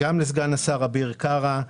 גם לסגן השר אביר קארה.